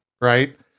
right